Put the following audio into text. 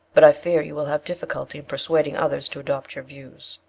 but i fear you will have difficulty in persuading others to adopt your views.